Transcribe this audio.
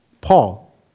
Paul